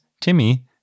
Timmy